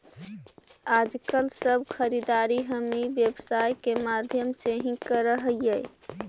आजकल सब खरीदारी हम ई व्यवसाय के माध्यम से ही करऽ हई